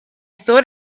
thought